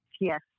yes